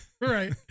Right